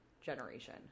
generation